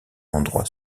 endroit